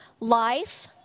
life